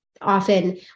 often